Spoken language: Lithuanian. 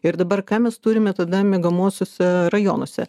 ir dabar ką mes turime tada miegamuosiuose rajonuose